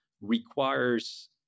requires